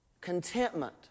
contentment